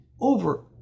over